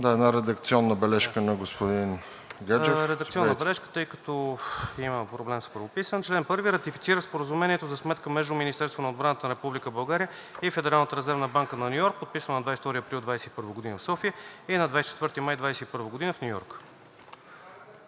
Да, една редакционна бележка на господин Гаджев. ДОКЛАДЧИК ХРИСТО ГАДЖЕВ: Редакционна бележка, тъй като има проблем с правописа. „Чл. 1. Ратифицира Споразумението за сметка между Министерството на отбраната на Република България и Федералната резервна банка на Ню Йорк, подписано на 22 април 2021 г. в София и на 24 май 2021 г. в Ню Йорк.“